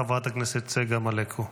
חברת הכנסת צגה מלקו.